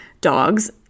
dogs